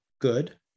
good